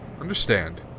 Understand